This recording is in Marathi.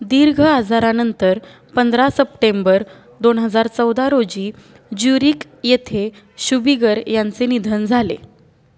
दीर्घ आजारानंतर पंधरा सप्टेंबर दोन हजार चौदा रोजी ज्युरीक येथे शुभीगर यांचे निधन झाले